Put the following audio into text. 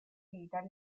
vita